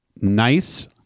Nice